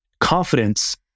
confidence